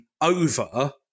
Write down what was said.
over